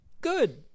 Good